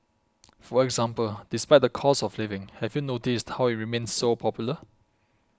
for example despite the cost of living have you noticed how it remains so popular